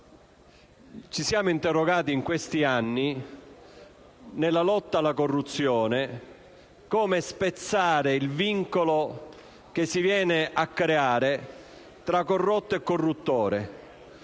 Ci siamo interrogati in questi anni, nella lotta alla corruzione, su come spezzare il vincolo che si viene a creare tra corrotto e corruttore.